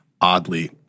oddly